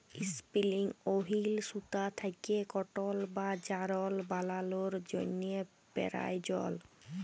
ইসপিলিং wheel সুতা থ্যাকে cotton বা যারল বালালোর জ্যনহে পেরায়জল